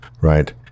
Right